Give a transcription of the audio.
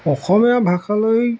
অসমীয়া ভাষালৈ